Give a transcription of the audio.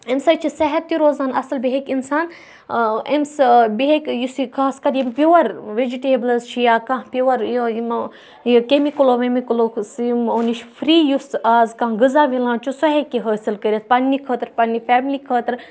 اَمہِ سۭتۍ چھِ صحت تہِ روزان اَصٕل بیٚیہِ ہیٚکہِ اِنسان أمِس بیٚیہِ ہیٚکہِ یُس یہِ خاص کَر یِم پِیور وِجِٹیبلٕز چھِ یا کانٛہہ پِیور یہِ یِمو یہِ کیٚمِکَلو ویٚمِکَلو سُہ یِمو نِش فِرٛی یُس اَز کانٛہہ غذا مِلان چھُ سُہ ہیٚکہِ حٲصِل کٔرِتھ پَنٕنہِ خٲطرٕ پَنٕنہِ فیملی خٲطرٕ